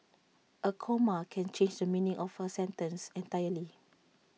A comma can change the meaning of A sentence entirely